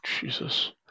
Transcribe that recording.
Jesus